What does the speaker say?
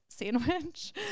sandwich